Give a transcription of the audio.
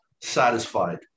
satisfied